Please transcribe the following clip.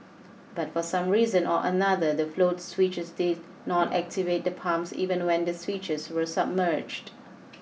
but for some reason or another the float switches did not activate the pumps even when the switches were submerged